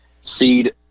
seed